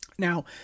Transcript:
Now